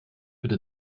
bitte